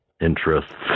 interests